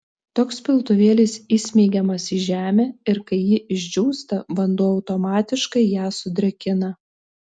toks piltuvėlis įsmeigiamas į žemę ir kai ji išdžiūsta vanduo automatiškai ją sudrėkina